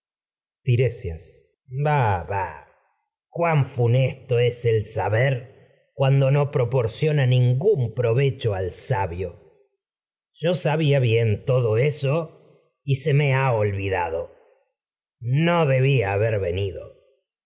bah cuán funesto es el saber cuando no proporciona todo eso y ningún me provecho al sabio yo ha sabía bien ber se ha olvidado no debía venido